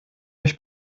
euch